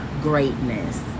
Greatness